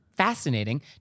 fascinating